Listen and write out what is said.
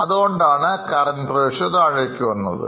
അതുകൊണ്ടാണ് Current Ratio താഴുന്നത്